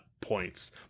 points